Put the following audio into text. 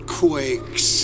quakes